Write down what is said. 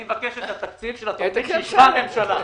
אני מבקש את התקציב של התוכנית שאישרה הממשלה.